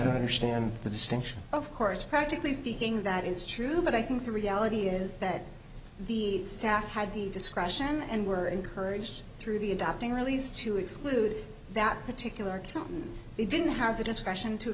don't understand the distinction of course practically speaking that is true but i think the reality is that the staff had the discretion and were encouraged through the adopting release to exclude that particular case they didn't have the discretion to